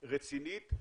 רצינית,